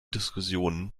diskussionen